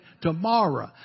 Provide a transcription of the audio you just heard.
tomorrow